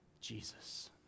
Jesus